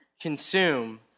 consume